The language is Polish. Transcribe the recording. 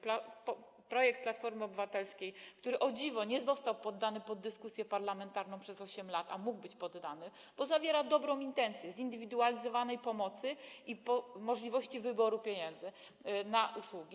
Projekt Platformy Obywatelskiej, o dziwo, nie został poddany pod dyskusję parlamentarną przez 8 lat, a mógł być poddany, bo zawiera dobrą intencję dotyczącą zindywidualizowanej pomocy i możliwości wyboru pieniędzy na usługi.